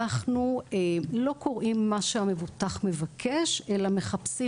אנחנו לא קוראים מה שהמבוטח מבקש אלא מחפשים